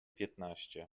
piętnaście